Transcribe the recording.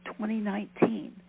2019